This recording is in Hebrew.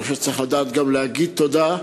ואני חושב שצריך לדעת גם להגיד תודה,